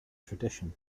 tradition